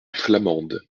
flamande